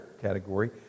category